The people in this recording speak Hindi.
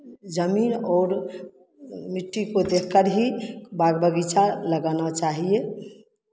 जमीन और मिट्टी को देखकर ही बाग बगीचा लगाना चाहिए